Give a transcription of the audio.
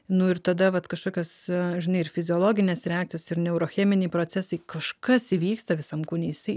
nu ir tada vat kažkokios žinai ir fiziologinės reakcijos ir neurocheminiai procesai kažkas įvyksta visam kūne jisai